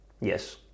Yes